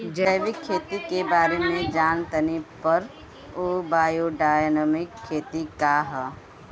जैविक खेती के बारे जान तानी पर उ बायोडायनमिक खेती का ह?